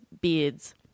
beards